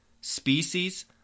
species